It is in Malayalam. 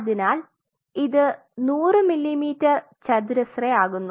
അതിനാൽ ഇത് 100 മില്ലിമീറ്റർ ചതുരശ്രയാക്കുന്നു